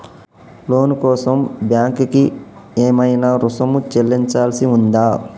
లోను కోసం బ్యాంక్ కి ఏమైనా రుసుము చెల్లించాల్సి ఉందా?